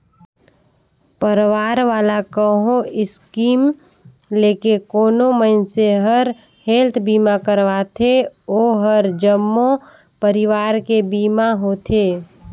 परवार वाला कहो स्कीम लेके कोनो मइनसे हर हेल्थ बीमा करवाथें ओ हर जम्मो परवार के बीमा होथे